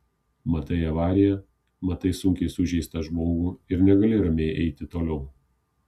matai avariją matai sunkiai sužeistą žmogų ir negali ramiai eiti toliau